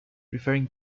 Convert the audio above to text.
referring